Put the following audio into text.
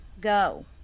go